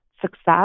success